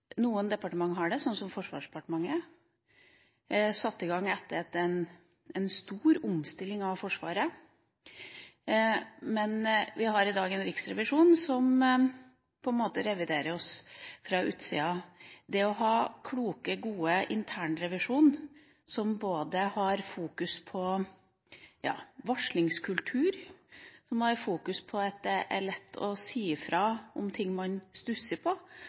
Noen departement har det – som Forsvarsdepartementet, satt i gang etter en stor omstilling av Forsvaret – men vi har i dag en riksrevisjon som reviderer oss fra utsida. Det å ha kloke, gode internrevisjoner som både har fokus på varslingskultur og på at det er lett å si fra om ting man stusser på,